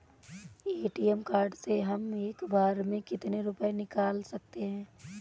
ATM card से हम एक बार में कितने रुपये निकाल सकते हैं?